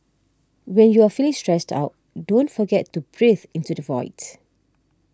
when you are feeling stressed out don't forget to breathe into the void